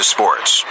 Sports